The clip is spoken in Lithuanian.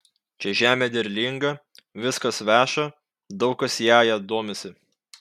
čia žemė derlinga viskas veša daug kas jąja domisi